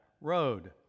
road